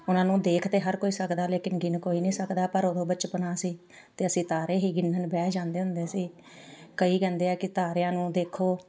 ਉਹਨਾਂ ਨੂੰ ਦੇਖ ਤਾਂ ਹਰ ਕੋਈ ਸਕਦਾ ਲੇਕਿਨ ਗਿਣ ਕੋਈ ਨਹੀਂ ਸਕਦਾ ਪਰ ਉਦੋਂ ਬਚਪਨਾ ਸੀ ਅਤੇ ਅਸੀਂ ਤਾਰੇ ਹੀ ਗਿਣਨ ਬਹਿ ਜਾਂਦੇ ਹੁੰਦੇ ਸੀ ਕਈ ਕਹਿੰਦੇ ਆ ਕਿ ਤਾਰਿਆਂ ਨੂੰ ਦੇਖੋ